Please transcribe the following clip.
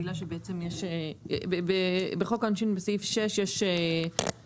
בגלל שיש בחוק העונשין בסעיף 6 יש סעיף